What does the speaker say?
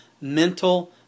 mental